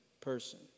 person